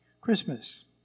Christmas